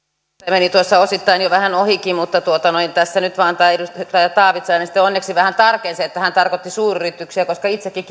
meni tuossa osittain jo vähän ohikin mutta tässä nyt vain edustaja taavitsainen sitten onneksi vähän tarkensi että hän tarkoitti suuryrityksiä koska itsekin